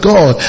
God